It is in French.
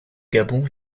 gabon